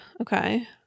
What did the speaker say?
Okay